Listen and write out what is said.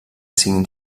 siguin